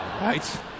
right